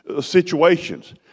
situations